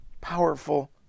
powerful